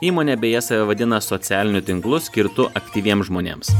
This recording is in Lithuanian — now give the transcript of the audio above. įmonė beje save vadina socialiniu tinklu skirtu aktyviems žmonėms